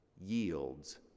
yields